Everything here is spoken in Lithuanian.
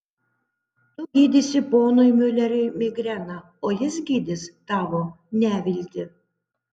tu gydysi ponui miuleriui migreną o jis gydys tavo neviltį